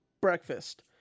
Breakfast